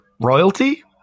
royalty